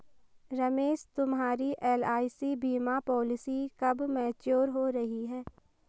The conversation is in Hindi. रमेश तुम्हारी एल.आई.सी बीमा पॉलिसी कब मैच्योर हो रही है?